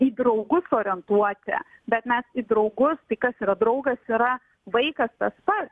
į draugus orientuoti bet mes į draugus tai kas yra draugas yra vaikas tas pats